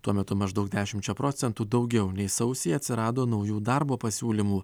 tuo metu maždaug dešimčia procentų daugiau nei sausį atsirado naujų darbo pasiūlymų